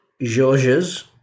Georges